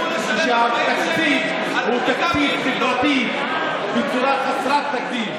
כשהתקציב הוא תקציב חברתי בצורה חסרת תקדים.